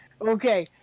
Okay